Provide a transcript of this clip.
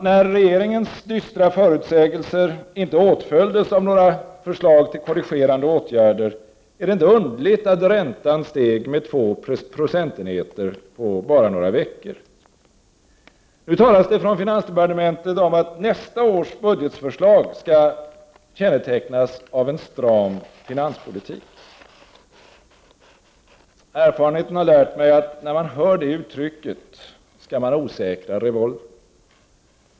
När regeringens dystra förutsägelser inte åtföljdes av några förslag till korrigerande åtgärder, är det inte underligt att räntan steg med 2 procentenheter på bara några veckor. Nu talas det från finansdepartementet om att nästa års budgetförslag skall kännetecknas av en stram finanspolitik. Erfarenheten har lärt mig att när man hör det uttrycket, skall man osäkra revolvern.